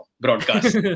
Broadcast